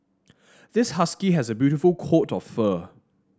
this husky has a beautiful court of fur